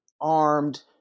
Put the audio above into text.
armed